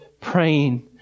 praying